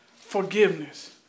Forgiveness